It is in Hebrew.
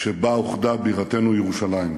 שבה אוחדה בירתנו ירושלים.